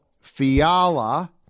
Fiala